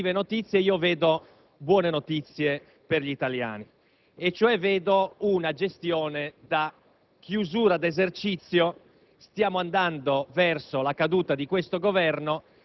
Signor Presidente, devo dire che guardando l'insieme dei provvedimenti che in questo periodo sono in discussione nelle Commissioni e in Aula,